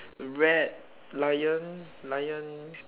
rat lion lion